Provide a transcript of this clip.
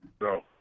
No